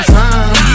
time